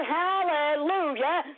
hallelujah